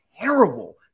terrible